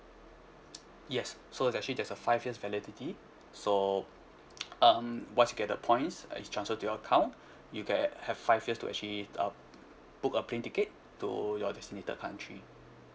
yes so actually there's a five years validity so um once you get the points uh it's transferred to your account you ge~ have five years to actually um book a plane ticket to your designated country